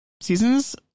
seasons